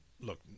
Look